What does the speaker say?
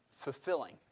fulfilling